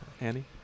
annie